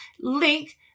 link